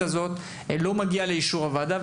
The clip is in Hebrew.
הזאת מההורים לא מגיעה לאישור הוועדה,